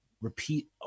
repeat